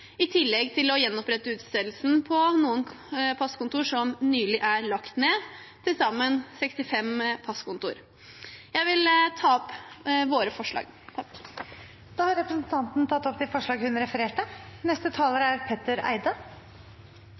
i tillegg til å gjenopprette utstedelsen på noen passkontor som nylig er lagt ned, til sammen 65 passkontor. Jeg tar med det opp Senterpartiets forslag. Da har representanten Emilie Enger Mehl tatt opp de forslagene hun refererte